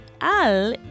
al